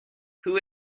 who